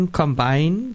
combine